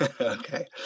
Okay